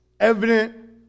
Evident